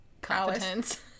competence